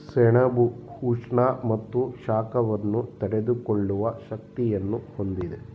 ಸೆಣಬು ಉಷ್ಣ ಮತ್ತು ಶಾಖವನ್ನು ತಡೆದುಕೊಳ್ಳುವ ಶಕ್ತಿಯನ್ನು ಹೊಂದಿದೆ